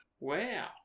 Wow